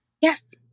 Yes